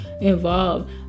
involved